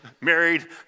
married